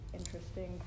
interesting